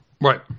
Right